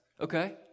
okay